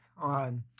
on